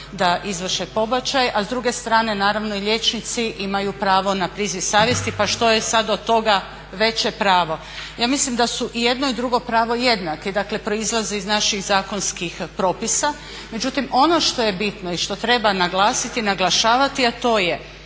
da izvrše pobačaj, a s druge strane naravno i liječnici imaju pravo na priziv savjesti pa što je sada od toga veće pravo. Ja mislim da su i jedno i drugo pravo jednaki, dakle proizlazi iz naših zakonskih propisa. Međutim ono što je bitno i što treba naglasiti i naglašavati, a to je